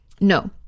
No